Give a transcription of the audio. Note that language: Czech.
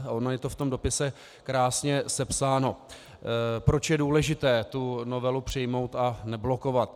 Ono je to v dopise krásně sepsáno, proč je důležité novelu přijmout a neblokovat.